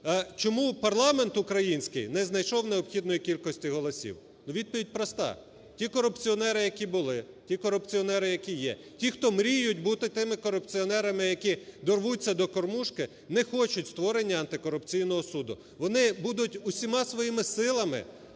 Чому парламент український не знайшов необхідної кількості голосів? Відповідь проста: ті корупціонери, які були, ті корупціонери, які є, ті хто мріють бути тими корупціонерами, які дорвуться до "кормушки", не хочуть створення Антикорупційного суду. Вони будуть всіма своїми силами